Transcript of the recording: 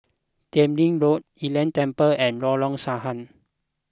Teck Lim Road Lei Yin Temple and Lorong Sahad